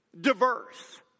diverse